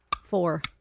Four